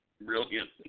brilliant